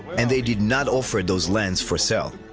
and they did not offer those lands for sale.